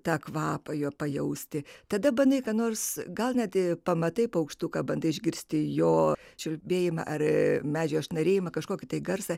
tą kvapą jo pajausti tada bandai ką nors gal net pamatai paukštuką bandai išgirsti jo čiulbėjimą ar medžio šnarėjimą kažkokį garsą